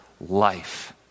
life